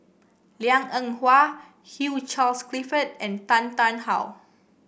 Liang Eng Hwa Hugh Charles Clifford and Tan Tarn How